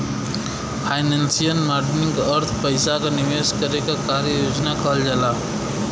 financial modelling क अर्थ पइसा क निवेश करे क कार्य योजना कहल जाला